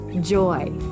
joy